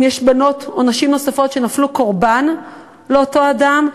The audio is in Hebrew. אם יש בנות או נשים נוספות שנפלו קורבן לאותו אדם,